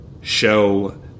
show